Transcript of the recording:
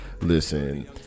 listen